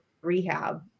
rehab